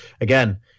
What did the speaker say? again